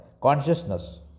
consciousness